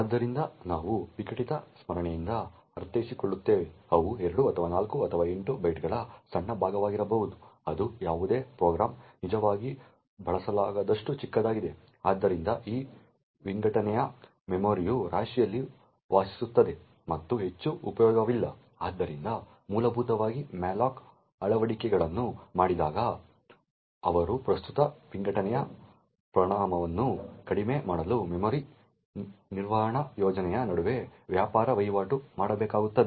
ಆದ್ದರಿಂದ ನಾವು ವಿಘಟಿತ ಸ್ಮರಣೆಯಿಂದ ಅರ್ಥೈಸಿಕೊಳ್ಳುತ್ತೇವೆ ಅವು 2 ಅಥವಾ 4 ಅಥವಾ 8 ಬೈಟ್ಗಳ ಸಣ್ಣ ಭಾಗವಾಗಿರಬಹುದು ಅದು ಯಾವುದೇ ಪ್ರೋಗ್ರಾಂನಿಂದ ನಿಜವಾಗಿ ಬಳಸಲಾಗದಷ್ಟು ಚಿಕ್ಕದಾಗಿದೆ ಆದ್ದರಿಂದ ಈ ವಿಘಟನೆಯ ಮೆಮೊರಿಯು ರಾಶಿಯಲ್ಲಿ ವಾಸಿಸುತ್ತದೆ ಮತ್ತು ಹೆಚ್ಚು ಉಪಯೋಗವಿಲ್ಲ ಆದ್ದರಿಂದ ಮೂಲಭೂತವಾಗಿ malloc ಅಳವಡಿಕೆಗಳನ್ನು ಮಾಡಿದಾಗ ಅವರು ಪ್ರಸ್ತುತ ವಿಘಟನೆಯ ಪ್ರಮಾಣವನ್ನು ಕಡಿಮೆ ಮಾಡಲು ಮೆಮೊರಿ ನಿರ್ವಹಣಾ ಯೋಜನೆಯ ನಡುವೆ ವ್ಯಾಪಾರ ವಹಿವಾಟು ಮಾಡಬೇಕಾಗುತ್ತದೆ